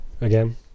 again